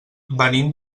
venim